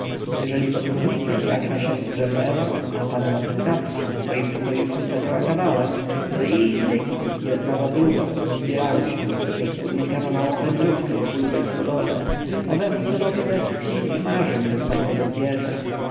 jeżeli pod kurnikiem jagna się zadrzemnęła a panna trukawska w swoim pokoiku stawiała kabałę to i indyki jedna za drugą zabierały się z przed kurnika na małą wędrówkę ku lubej stodole owemu celowi westchnień i marzeń rozmaitego zwierza